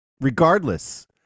regardless